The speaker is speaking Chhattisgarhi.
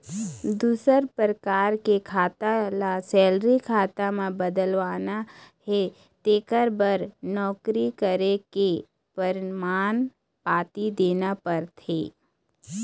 दूसर परकार के खाता ल सेलरी खाता म बदलवाना हे तेखर बर नउकरी करे के परमान पाती देना परथे